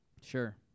Sure